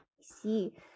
see